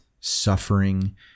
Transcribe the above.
suffering